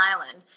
island